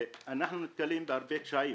אנחנו נתקלים בהרבה קשיים.